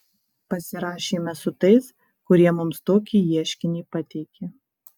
pasirašėme su tais kurie mums tokį ieškinį pateikė